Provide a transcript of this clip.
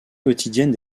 quotidienne